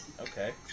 okay